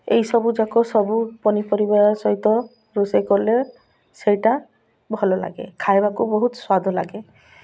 ଏଇସବୁ ଯାକ ସବୁ ପନିପରିବା ସହିତ ରୋଷେଇ କଲେ ସେଇଟା ଭଲ ଲାଗେ ଖାଇବାକୁ ବହୁତ ସ୍ୱାଦ ଲାଗେ